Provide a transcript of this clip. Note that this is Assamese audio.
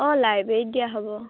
অঁ লাইব্ৰেৰীত দিয়া হ'ব অঁ